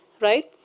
right